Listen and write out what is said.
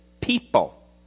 people